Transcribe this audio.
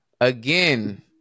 again